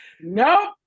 Nope